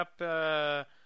up